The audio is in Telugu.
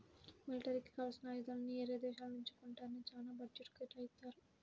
మిలిటరీకి కావాల్సిన ఆయుధాలని యేరే దేశాల నుంచి కొంటానికే చానా బడ్జెట్ను కేటాయిత్తారు